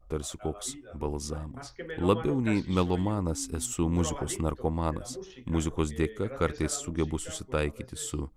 tarsi koks balzamas labiau nei melomanas esu muzikos narkomanas muzikos dėka kartais sugebu susitaikyti su